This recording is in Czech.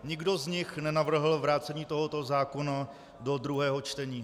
Nikdo z nich nenavrhl vrácení tohoto zákona do druhého čtení.